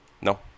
No